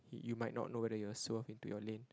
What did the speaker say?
you you might not know whether they'll swerve into your lane